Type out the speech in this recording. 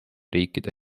riikide